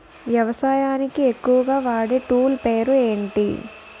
వ్యవసాయానికి ఎక్కువుగా వాడే టూల్ పేరు ఏంటి?